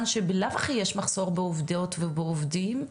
שבלאו הכי יש מחסור בעובדות ובעובדים,